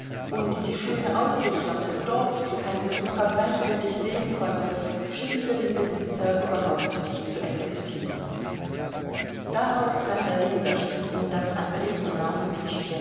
und die schöne aussicht auf das dorf die kein besucher gleichgültig sehen konnte schien für den besitzer überhaupt nicht zu existieren daraus kann der leser schließen daß andrej